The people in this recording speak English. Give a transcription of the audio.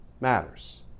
matters